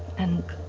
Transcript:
and.